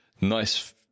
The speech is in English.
nice